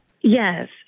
Yes